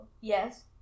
Yes